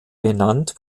benannt